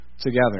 together